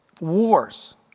Wars